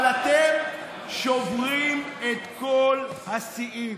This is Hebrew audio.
אבל אתם שוברים את כל השיאים,